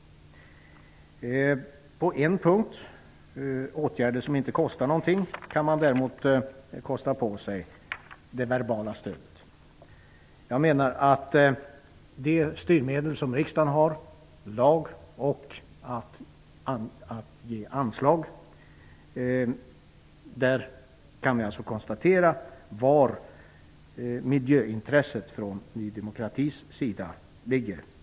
På en punkt, när det gäller åtgärder som inte kostar någonting, kan man kosta på sig det verbala stödet. I fråga om de styrmedel som riksdagen har -- lag och att ge anslag -- kan vi konstatera var intresset från Ny demokratis sida ligger.